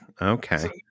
Okay